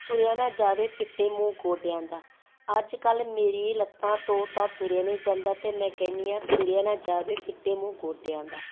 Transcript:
ਤੁਰਿਆ ਨਾ ਜਾਵੇ ਫਿੱਟੇ ਮੂੰਹ ਗੋਡਿਆਂ ਦਾ ਅੱਜ ਕੱਲ੍ਹ ਮੇਰੀ ਲੱਤਾਂ ਤੋਂ ਤਾਂ ਤੁਰਿਆ ਨਹੀਂ ਜਾਂਦਾ ਤਾਂ ਮੈਂ ਕਹਿੰਦੀ ਹਾਂ ਤੁਰਿਆ ਨਾ ਜਾਵੇ ਫਿੱਟੇ ਮੂੰਹ ਗੋਡਿਆਂ ਦਾ